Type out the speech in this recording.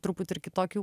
truputį ir kitokių